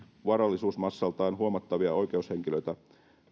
varallisuusmassaltaan huomattavia oikeushenkilöitä